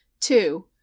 two